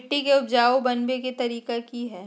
मिट्टी के उपजाऊ बनबे के तरिका की हेय?